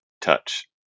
touch